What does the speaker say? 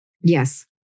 Yes